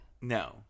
No